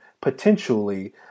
potentially